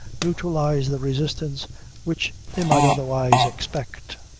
neutralize the resistance which they might otherwise expect.